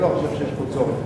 אני לא חושב שיש פה צורך.